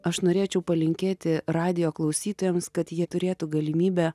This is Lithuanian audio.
aš norėčiau palinkėti radijo klausytojams kad jie turėtų galimybę